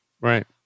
Right